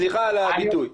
סליחה על הביטוי.